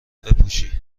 بپوشی